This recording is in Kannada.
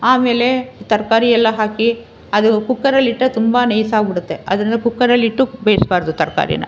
ಆಮೇಲೆ ತರಕಾರಿಯೆಲ್ಲ ಹಾಕಿ ಅದು ಕುಕ್ಕರಲ್ಲಿ ಇಟ್ಟರೆ ತುಂಬ ನೈಸಾಗ್ಬಿಡುತ್ತೆ ಅದನ್ನು ಕುಕ್ಕರಲ್ಲಿಟ್ಟು ಬೇಯಿಸ್ಬಾರ್ದು ತರಕಾರಿನ